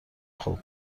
خوب